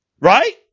Right